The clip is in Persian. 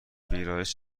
ویرایش